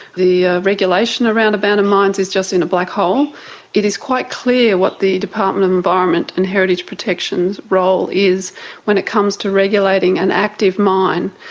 the regulation around abandoned mines is just in a black hole it is quite clear what the department of environment and heritage protection's role is when it comes to regulating an active mine,